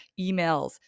emails